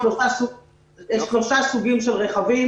לנו יש שלושה סוגים של רכבים.